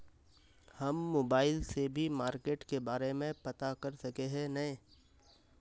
हम मोबाईल से भी मार्केट के बारे में पता कर सके है नय?